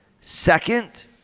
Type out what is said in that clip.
Second